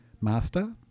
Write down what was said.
master